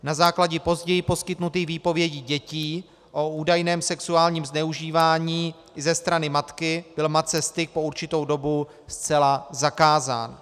Na základě později poskytnutých výpovědí dětí o údajném sexuálním zneužívání ze strany matky byl matce styk po určitou dobu zcela zakázán.